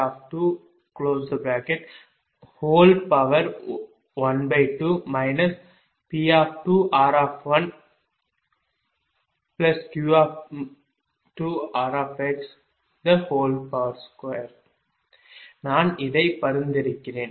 5| V1|212 நான் இதை பரிந்துரைக்கிறேன்